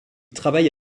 travaille